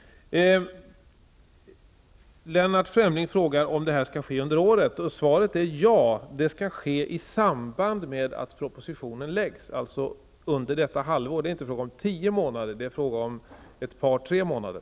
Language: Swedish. Lennart Fremling frågar om detta skall ske under året. Svaret är ja. Det skall ske i samband med att propositionen läggs fram, alltså under detta halvår. Det är inte fråga om tio månader framåt, utan om ett par tre månader.